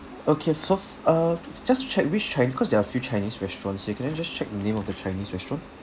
okay so f~ uh just to check which chine~ because there are a few chinese restaurants here can I just check the name of the chinese restaurant